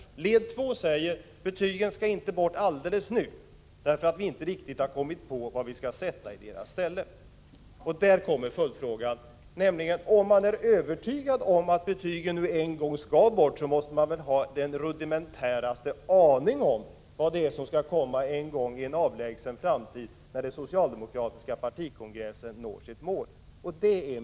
I moment 2 sägs att betygen inte skall bort nu, därför att vi inte riktigt har kommit på vad vi skall sätta i deras ställe. Här kommer min följdfråga in i bilden. Om man är övertygad om att betygen en gång skall bort, måste man väl ha åtminstone den mest rudimentära aning om vad det är som — i en avlägsen framtid, när den socialdemokratiska partikongressen når sitt mål — skall komma i stället.